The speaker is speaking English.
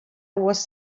was